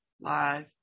live